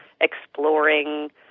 exploring